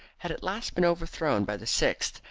had at last been overthrown by the sixth,